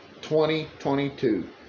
2022